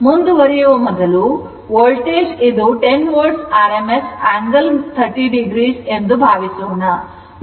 ಮುಂದುವರಿಯುವ ಮೊದಲು voltage 10 volt rms angle 30 o ಎಂದು ಭಾವಿಸೋಣ